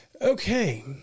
Okay